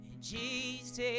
Jesus